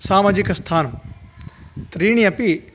सामाजिकस्थानम् त्रीणि अपि